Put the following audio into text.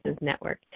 Network